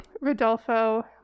Rodolfo